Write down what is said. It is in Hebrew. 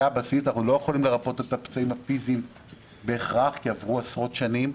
אנחנו לא יכולים לרפא את הפצעים הפיזיים בהכרח כי עברו עשרות שנים,